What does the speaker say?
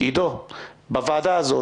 -- אני אומר לך, עידו: בוועדה הזו